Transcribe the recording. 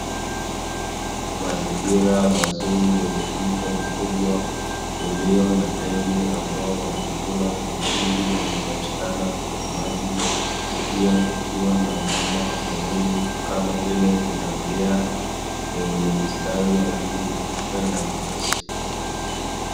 Mazingira mazuri yenye mto mkubwa ulio na ndege ambao wanakula vijidudu wanaopatikana kwenye maji, pia kukiwa na wanyama wa porini kama vile pundamilia mwenye mistari ya rangi nyeupe na nyeusi.